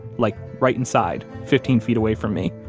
like right inside, fifteen feet away from me.